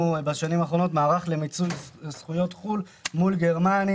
בנינו בשנים האחרונות מערך למיצוי זכויות מול גרמניה,